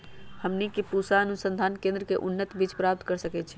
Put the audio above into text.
हमनी के पूसा अनुसंधान केंद्र से उन्नत बीज प्राप्त कर सकैछे?